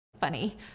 funny